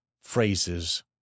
phrases